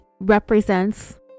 represents